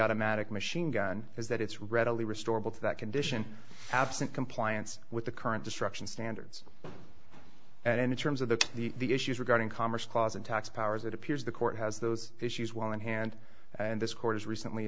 automatic machine gun is that it's readily restorable to that condition absent compliance with the current destruction standards and in terms of the the issues regarding commerce clause and tax powers it appears the court has those issues well in hand and this court as recently